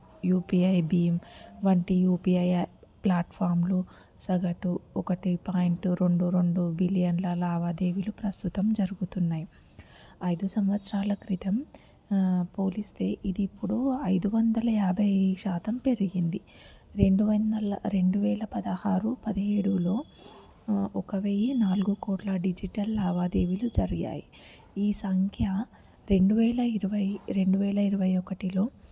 యుపిఐపి భీం వంటి UPI app ప్లాట్ఫామ్లు సగటు ఒకటి పాయింట్ రెండు రెండు బిలియన్ల లావాదేవీలు ప్రస్తుతం జరుగుతున్నాయి ఐదు సంవత్సరాల క్రితం పోలిస్తే ఇది ఇప్పుడు ఐదు వందల యాభై శాతం పెరిగింది రెండు వందల రెండు వేల పదహారు పదిహేడులో ఒక వెయ్యి నాలుగు కోట్ల డిజిటల్ లావాదేవీలు జరిగాయి ఈ సంఖ్య రెండు వేల ఇరవై రెండు వేల ఇరవై ఒకటిలో